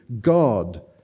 God